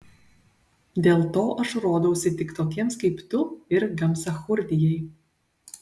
dėl to aš rodausi tik tokiems kaip tu ir gamsachurdijai